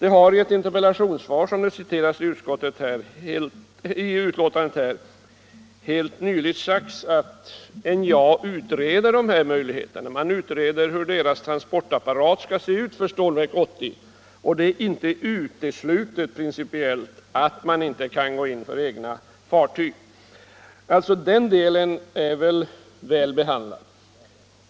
I ett interpellationssvar, som omnämnts i betänkandet, har helt nyligen sagts att NJA utreder hur transportapparaten för Stålverk 80 skall se ut. Det är inte principiellt uteslutet att man går in för egna fartyg. Den delen är alltså väl behandlad.